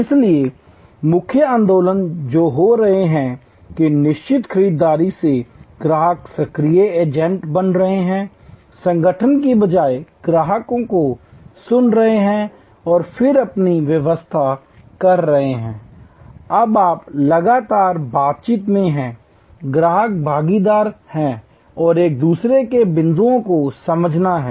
इसलिए मुख्य आंदोलन जो हो रहे हैं कि निष्क्रिय खरीदारों से ग्राहक सक्रिय एजेंट बन रहे हैं संगठनों की बजाय ग्राहकों को सुन रहे हैं और फिर अपनी व्याख्या कर रहे हैं अब आप लगातार बातचीत में हैं ग्राहक भागीदार हैं और एक दूसरे के बिंदुओं को समझना है